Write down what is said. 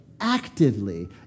actively